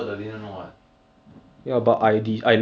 cause zi quan always say come up come up can kill can kill